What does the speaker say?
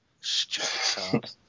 stupid